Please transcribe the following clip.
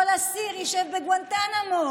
כל אסיר ישב בגואנטנמו.